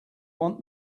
want